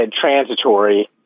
transitory